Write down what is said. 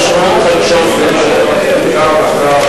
הממשלה שאת תומכת בה קיצצה אותו ב-85 מיליון ש"ח.